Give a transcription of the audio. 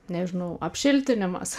nežinau apšiltinimas